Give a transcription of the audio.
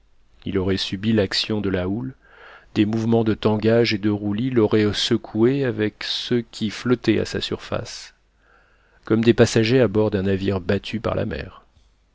il aurait subi l'action de la houle des mouvements de tangage et de roulis l'auraient secoué avec ceux qui flottaient à sa surface comme des passagers à bord d'un navire battu par la mer